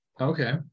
Okay